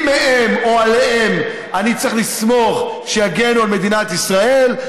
אם מהם או עליהם אני צריך לסמוך שיגנו על מדינת ישראל,